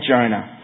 Jonah